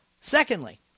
Secondly